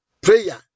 prayer